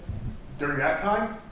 during that time?